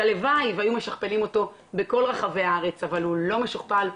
היו 3,567 מיטות אשפוז מול 70 אחוזים - אנחנו לא נגיע